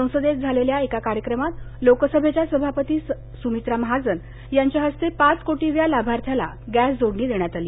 संसदेत झालेल्या एका कार्यक्रमात लोकसभेच्या सभापती सुमित्रा महाजन यांच्या हस्ते पाच कोटीव्या लाभार्थ्याला गॅस जोडणी देण्यात आली